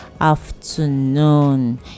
afternoon